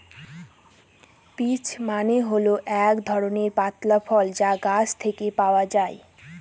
peach মানে হল এক ধরনের পাতলা ফল যা গাছ থেকে পাওয়া যায়